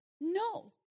No